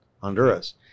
Honduras